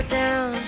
down